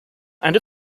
and